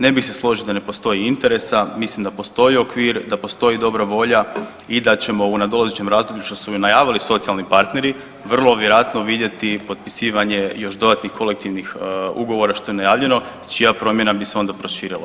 Ne bih se složio da ne postoji interesa, mislim da postoji okvir, da postoji dobra volja i da ćemo u nadolazećem razdoblju, što su i najavili socijalni partneri vrlo vjerojatno vidjeti potpisivanje još dodatnih kolektivnih ugovora, što je najavljeno, čija promjena bi se onda proširila.